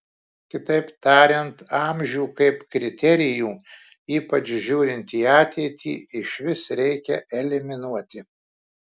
kitaip tariant amžių kaip kriterijų ypač žiūrint į ateitį išvis reikia eliminuoti